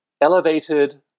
elevated